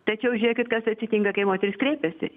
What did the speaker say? tačiau žiūrėkit kas atsitinka kai moteris kreipiasi